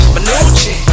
Manucci